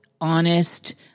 honest